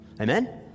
amen